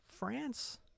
France